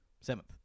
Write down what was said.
seventh